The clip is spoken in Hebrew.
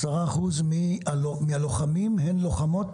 10 אחוזים מהלוחמים הן לוחמות?